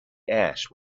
ash